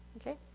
Okay